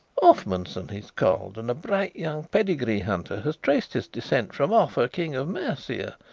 offmunson he's called, and a bright young pedigree-hunter has traced his descent from offa, king of mercia.